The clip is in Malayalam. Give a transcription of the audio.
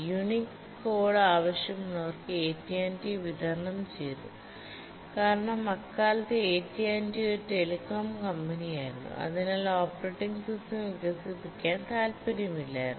യുണിക്സ് കോഡ് ആവശ്യമുള്ളവർക്ക് AT T വിതരണം ചെയ്തു കാരണം അക്കാലത്ത് ATT ഒരു ടെലികോം കമ്പനിയായിരുന്നു അതിനാൽ ഓപ്പറേറ്റിംഗ് സിസ്റ്റം വികസിപ്പിക്കാൻ താൽപ്പര്യമില്ലായിരുന്നു